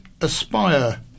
Aspire